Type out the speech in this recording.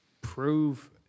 prove